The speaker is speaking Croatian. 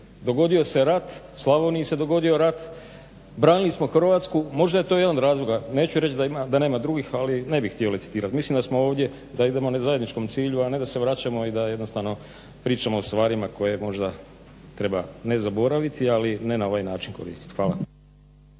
Dogodio se rat, Slavoniji se dogodio rat, branili smo Hrvatsku, možda je to jedan od razloga. Neću reći da nema drugih ali ne bih htio licitirati. Mislio sam da idemo zajedničkom cilju a ne da se vraćamo i da jednostavno pričamo o stvarima koje možda treba ne zaboraviti ali ne na ovaj način koristiti. Hvala.